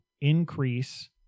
increase